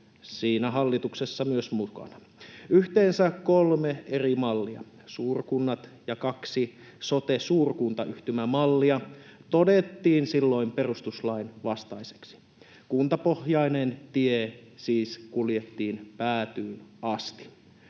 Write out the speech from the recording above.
siinä hallituksessa myös mukana. Yhteensä kolme eri mallia, suurkunnat ja kaksi sote-suurkuntayhtymämallia, todettiin silloin perustuslain vastaiseksi. Kuntapohjainen tie siis kuljettiin päätyyn asti.